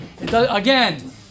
Again